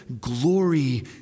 Glory